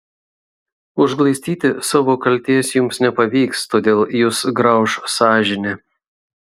užglaistyti savo kaltės jums nepavyks todėl jus grauš sąžinė